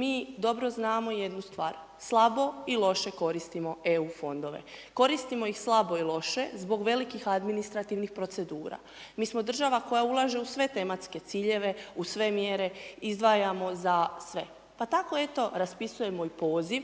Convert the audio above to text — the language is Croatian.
mi dobro znamo jednu stvar, slabo i loše koristimo EU fondove. Koristimo ih slabo i loše zbog velikih administrativnih procedura. Mi smo država koja ulaže u sve tematske ciljeve, u sve mjere, izdvajamo za sve, pa tako eto raspisujemo i poziv